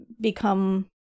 become